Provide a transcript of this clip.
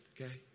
Okay